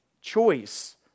choice